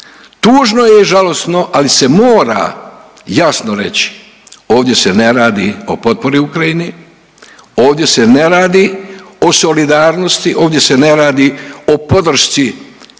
Tužno je i žalosno, ali se mora jasno reći ovdje se ne radi o potpori Ukrajini, ovdje se ne radi o solidarnosti, ovdje se ne radi o podršci europskoj